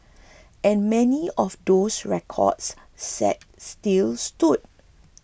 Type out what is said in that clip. and many of those records set still stood